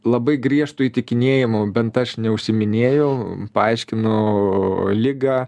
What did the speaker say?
labai griežtu įtikinėjimu bent aš neužsiiminėjau paaiškinu ligą